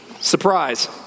Surprise